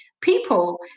people